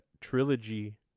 Trilogy